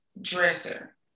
dresser